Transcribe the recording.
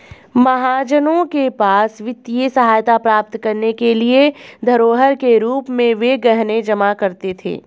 महाजनों के पास वित्तीय सहायता प्राप्त करने के लिए धरोहर के रूप में वे गहने जमा करते थे